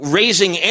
raising